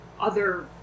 other-